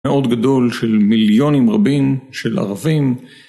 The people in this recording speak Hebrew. מאוד גדול של מיליונים רבים של ערבים